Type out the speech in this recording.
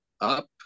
up